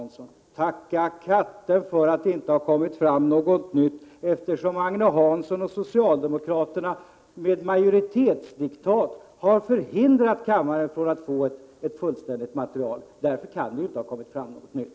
Nej, tacka katten för det, när Agne Hansson och socialdemokraterna med majoritetsdiktat har hindrat kammaren från att få ett fullständigt material! Därför kan det inte ha kommit fram någonting nytt.